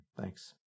Thanks